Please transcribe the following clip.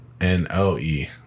N-O-E